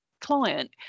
client